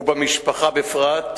ובמשפחה בפרט,